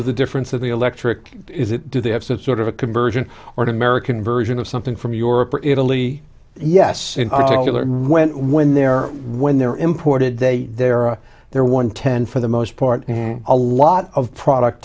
of the difference of the electric is it do they have some sort of a conversion or an american version of something from europe or italy yes when when they're when they're imported they they are there one ten for the most part a lot of product